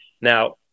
Now